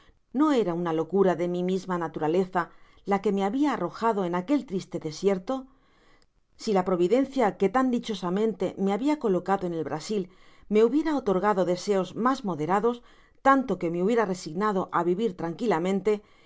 no era una locura de mi misma natu raleza la que me habia arrojado en aquel triste desierto si la providencia que tan dichosamente me habia colocado en el brasil me hubiese otorgado deseos mas moderados tanto que me hubiera resignado á vivir tranquilamente